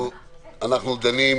אנחנו דנים